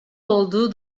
olduğu